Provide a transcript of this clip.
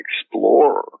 explorer